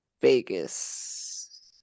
Vegas